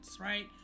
right